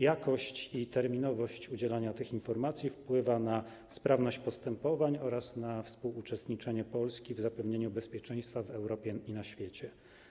Jakość i terminowość udzielania tych informacji wpływają na sprawność postępowań oraz na współuczestniczenie Polski w zapewnieniu bezpieczeństwa w Europie i na świecie.